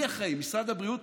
מי אחראי, משרד הבריאות?